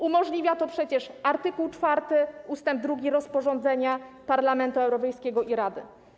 Umożliwia to przecież art. 4 ust. 2 rozporządzenia Parlamentu Europejskiego i Rady.